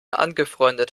angefreundet